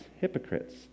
hypocrites